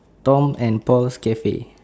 tom and paul cafe